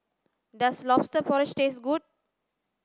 does lobster porridge taste good